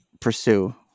pursue